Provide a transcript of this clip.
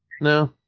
No